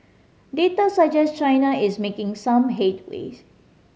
data suggest China is making some headways